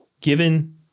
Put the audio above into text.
given